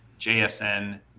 JSN